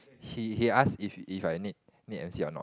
he he ask if if I need need m_c or not